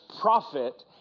profit